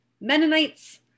Mennonites